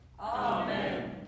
Amen